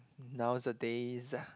nowadays